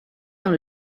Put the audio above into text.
dans